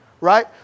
right